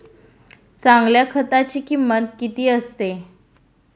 चांगल्या खताची किंमत किती असते?